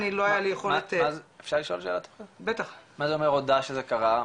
אני לא היה לי יכולת --- מה זה אומר הודעה שזה קרה?